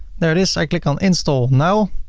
there it is, i click on install now